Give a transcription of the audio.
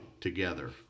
together